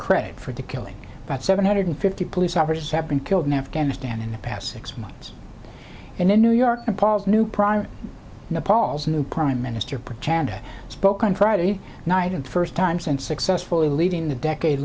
credit for the killing about seven hundred fifty police officers have been killed in afghanistan in the past six months and in new york and paul's new prime nepal's new prime minister protests and spoke on friday night and first time since successfully leading the decade